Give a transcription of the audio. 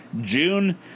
June